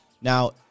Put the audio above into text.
Now